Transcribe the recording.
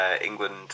England